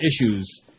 issues